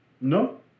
No